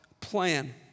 plan